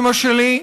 אימא שלי,